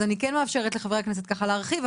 אז אני כן מאפשרת לחברי הכנסת ככה להרחיב.